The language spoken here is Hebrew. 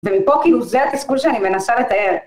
ומפה כאילו זה התסכול שאני מנסה לתאר.